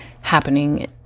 happening